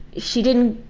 she didn't